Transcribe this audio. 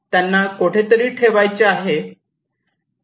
त्यांना कोठेतरी ठेवायचे आहे